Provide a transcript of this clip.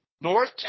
North